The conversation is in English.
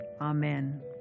amen